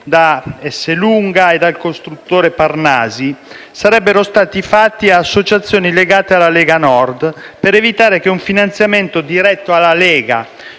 da Esselunga e dal costruttore Parnasi, siano stati fatti ad associazioni legate alla Lega Nord, per evitare che un finanziamento diretto alla Lega,